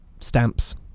Stamps